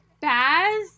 Baz